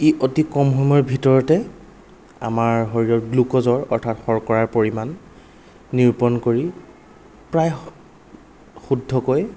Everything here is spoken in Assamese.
ই অতি কম সময়ৰ ভিতৰতে আমাৰ শৰীৰৰ গ্লুক'জৰ অৰ্থাৎ শৰ্কৰাৰ পৰিমাণ নিৰূপণ কৰি প্ৰায় শুদ্ধকৈ